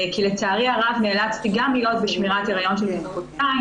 כי לצערי הרב נאלצתי גם להיות בשמירת היריון של חודשיים